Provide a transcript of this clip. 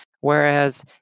whereas